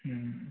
ହୁଁ